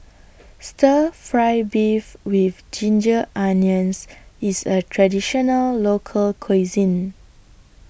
Stir Fry Beef with Ginger Onions IS A Traditional Local Cuisine